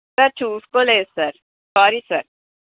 sir చూసుకో లేదు sir sorry sir